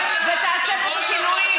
ותעשה את השינויים.